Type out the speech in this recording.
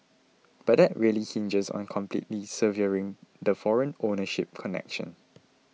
but that really hinges on completely severing the foreign ownership connection